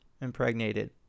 impregnated